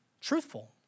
truthful